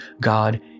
God